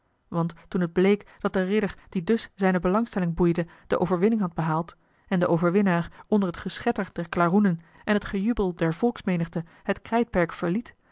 want toen het bleek dat de ridder die dus zijne belangstelling boeide de overwinning had behaald en de overwinnaar onder het geschetter der klaroenen en het gejubel der volksmenigte het